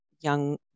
young